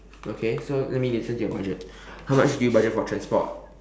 okay so let me listen to your budget how much did you budget for transport